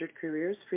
careers